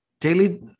Daily